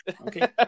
okay